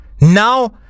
now